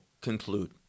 conclude